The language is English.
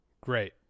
great